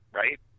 right